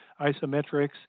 isometrics